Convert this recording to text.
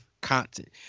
content